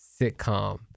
sitcom